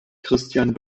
christian